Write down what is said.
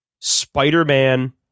Spider-Man